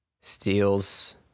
steals